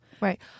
Right